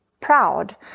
proud